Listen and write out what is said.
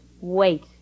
wait